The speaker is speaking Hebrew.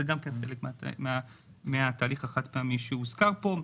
זה גם כן חלק מהתהליך החד פעמי שהוזכר פה.